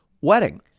wedding